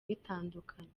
bitandukanye